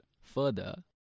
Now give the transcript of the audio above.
further